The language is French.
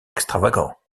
extravagant